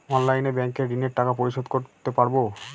অনলাইনে ব্যাংকের ঋণের টাকা পরিশোধ করতে পারবো?